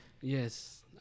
Yes